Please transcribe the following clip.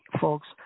Folks